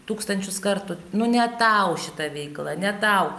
tūkstančius kartų nu ne tau šita veikla ne tau